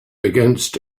against